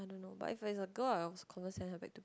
no but if it's a girl I'll confirm send her back to